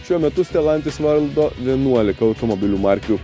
šiuo metu stelantis valdo vienuolika automobilių markių